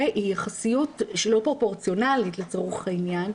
היא יחסיות שלא פרופורציונלית לצורך העניין,